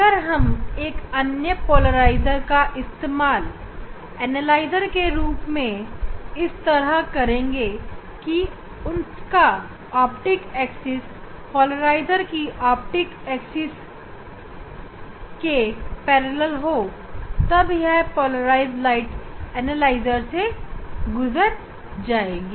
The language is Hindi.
अगर अब हम एक अन्य पोलराइजर का इस्तेमाल एनालाइजर के रूप में इस तरह करेंगे कि उसका ऑप्टिक एक्सिस पोलराइजर की ऑप्टिक्स एक्सिस की समांतर हो तब यह पोलराइज लाइट एनालाइजर से गुजर जाएगी